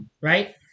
Right